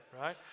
right